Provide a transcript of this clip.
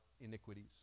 iniquities